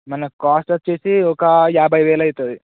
మన కాస్ట్ వచ్చేసి ఒక యాభై వేల అవుతుంది